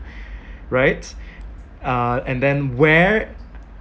right uh and then where